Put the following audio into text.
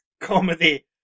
comedy